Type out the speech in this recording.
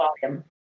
volume